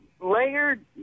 layered